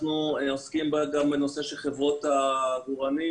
אנחנו עוסקים גם בנושא של חברות העגורנים,